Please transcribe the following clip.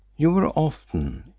you were often,